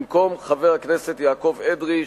במקום חבר הכנסת יעקב אדרי,